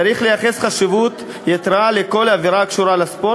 צריך לייחס חשיבות יתרה לכל עבירה הקשורה לספורט